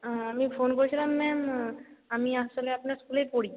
হ্যাঁ আমি ফোন করেছিলাম ম্যাম আমি আসলে আপনার স্কুলে পড়ি